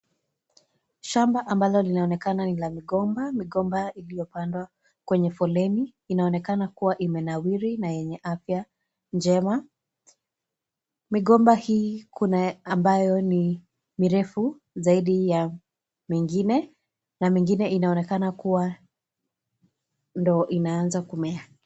Shamba ambalo linaonekana ni la migomba, migomba iliyopandwa kwenye foleni inaonekana kuwa imenawiri na yenye afya njema. Migomba hii kuna ambayo ni mirefu zaidi ya mingine, na mingine inaoneka kuwa ndiyo inaanza kumea.